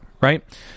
right